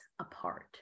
apart